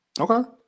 okay